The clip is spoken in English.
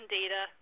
data